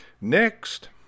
Next